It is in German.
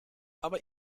aber